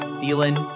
feeling